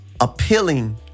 appealing